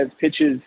pitches